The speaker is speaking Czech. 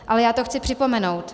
Ale já to chci připomenout.